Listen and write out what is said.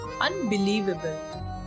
unbelievable